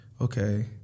okay